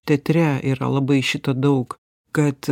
teatre yra labai šito daug kad